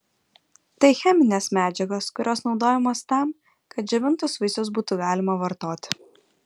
tai cheminės medžiagos kurios naudojamos tam kad džiovintus vaisius būtų galima vartoti